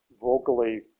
vocally